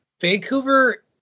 Vancouver